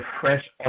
fresh